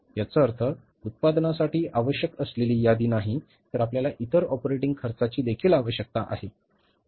याचा अर्थ उत्पादनासाठी आवश्यक असलेली यादी नाही तर आपल्याला इतर ऑपरेटिंग खर्चाची देखील आवश्यकता आहे